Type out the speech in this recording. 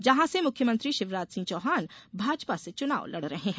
जहां से मुख्यमंत्री शिवराज सिंह चौहान भाजपा से चुनाव लड़ रहे हैं